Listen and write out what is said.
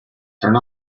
turn